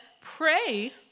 pray